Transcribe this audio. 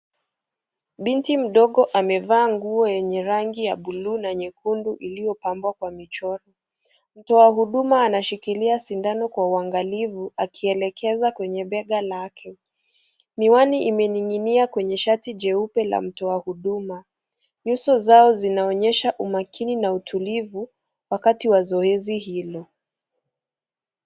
Binti mdogo amevaa nguo yenye rangi ya buluu na nyekundu iliyopambwa kwa michoro. Mtoa huduma anashikilia sindano kwa uangalifu akielekeza kwenye bega lake. Miwani imeninginia kwenye shati jeupe la mtoa huduma. Nyuso zao zinaonyesha umakini na utulivu wakati wa zoezi hilo.